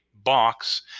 box